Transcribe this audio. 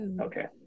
Okay